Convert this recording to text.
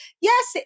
Yes